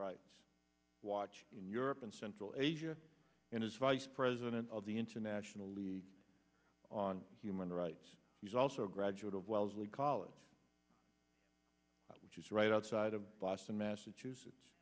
rights watch in europe and central asia and is vice president of the international league on human rights she's also a graduate of wellesley college which is right outside of boston massachusetts